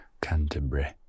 Canterbury